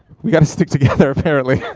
we gotta stick together apparently,